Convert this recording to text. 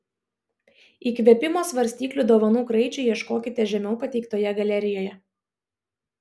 įkvėpimo svarstyklių dovanų kraičiui ieškokite žemiau pateiktoje galerijoje